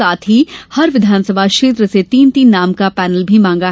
साथ ही हर विधानसभा क्षेत्र से तीन तीन नाम का पैनल भी मांगा